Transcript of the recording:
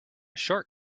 short